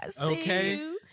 okay